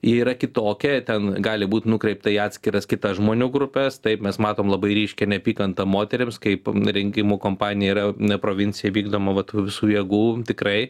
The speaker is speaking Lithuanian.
ji yra kitokia ten gali būt nukreipta į atskiras kitas žmonių grupes taip mes matom labai ryškią neapykantą moterims kaip rinkimų kompanija yra provincijoj vykdoma va tų visų jėgų tikrai